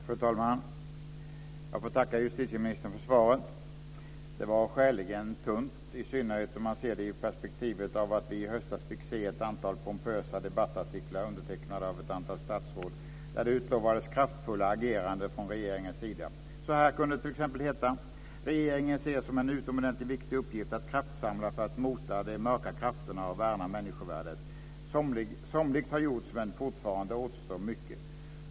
Fru talman! Jag får tacka justitieministern för svaret. Det var skäligen tunt, i synnerhet om man ser det i perspektivet av att vi i höstas fick se ett antal pompösa debattartiklar undertecknade av ett antal statsråd där det utlovades kraftfullt agerande från regeringens sida. Så här kunde det t.ex. heta: "Regeringen ser som en utomordentligt viktig uppgift att kraftsamla för att mota de mörka krafterna och värna människovärdet. Somligt har gjorts men fortfarande återstår mycket."